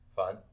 fun